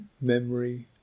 memory